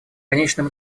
конечном